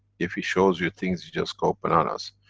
if he shows you things you just go bananas.